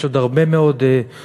יש עוד הרבה מאוד אתגרים.